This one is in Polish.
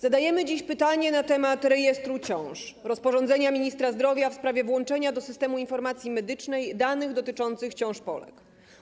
Zadajemy dziś pytanie na temat rejestru ciąż, rozporządzenia ministra zdrowia w sprawie włączenia do Systemu Informacji Medycznej danych dotyczących ciąż Polek.